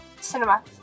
Cinema